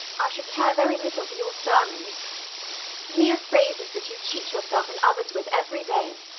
i should care very little for your sermons mere phrases that you cheat yourself and others with every day.